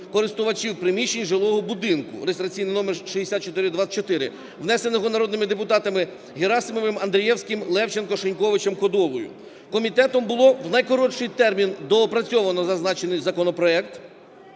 (користувачів) приміщень жилого будинку (реєстраційний номер 6424), внесеного народними депутатами Герасимовим, Андрієвським, Левченком, Шиньковичем, Кодолою. Комітетом було в найкоротший термін доопрацьовано зазначений законопроект.